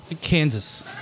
Kansas